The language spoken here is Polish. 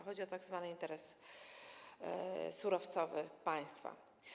Chodzi o tzw. interes surowcowy państwa.